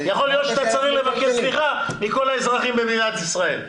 יכול להיות שאתה צריך לבקש סליחה מכל האזרחים במדינת ישראל.